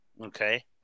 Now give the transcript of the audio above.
Okay